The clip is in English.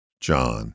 John